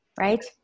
Right